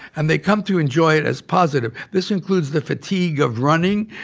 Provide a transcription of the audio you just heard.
and they come to enjoy it as positive. this includes the fatigue of running.